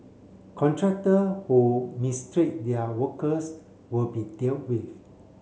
contractor who mistreat their workers will be dealt with